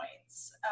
points